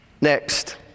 Next